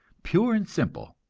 pure and simple.